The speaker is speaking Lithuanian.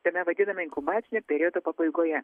tame vadiname inkubacinio periodo pabaigoje